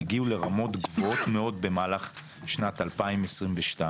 והגיעו לרמות גבוהות מאוד במהלך שנת 2022,